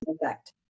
effect